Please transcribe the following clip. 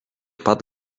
pat